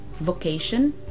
vocation